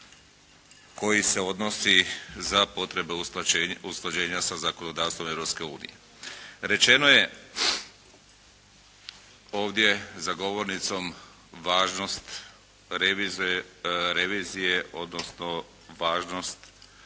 koji se odnosi za potrebe usklađenja za zakonodavstvom Europske unije. Rečeno je ovdje za govornicom važnost revizije odnosno važnost